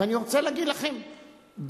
אני רוצה להגיד לכם שבתקופתי,